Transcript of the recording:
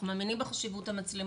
אנחנו מאמינים בחשיבות המצלמות,